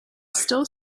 still